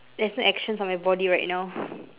there's no actions on my body right now